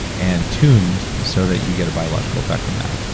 and tuned so that you get a biological effect from that.